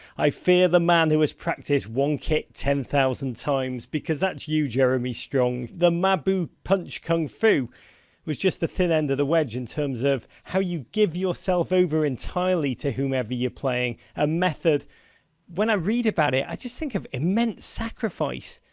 i fear the man who has practiced one kick ten-thousand times, because that's you, jeremy strong. the ma bu punch kung fu was just the thin end of the wedge in terms of how you give yourself over entirely to whomever you're playing, a method when i read about it. i just think of immense sacrifice.